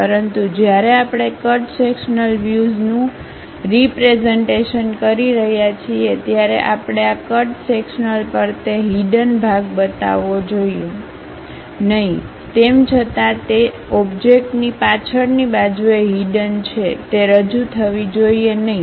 પરંતુ જ્યારે આપણે કટ સેક્શન્લ વ્યુઝનું રીપ્રેઝન્ટેશન કરી રહ્યા છીએ ત્યારે આપણે આ કટ સેક્શન્લ પર તે હીડન ભાગ બતાવવો જોઈએ નહીં તેમ છતાં તે તે ઓબજેકટની પાછળની બાજુએ હીડન છે તે રજૂ થવી જોઈએ નહીં